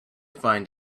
find